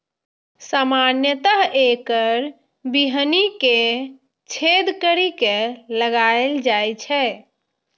सामान्यतः एकर बीहनि कें छेद करि के लगाएल जाइ छै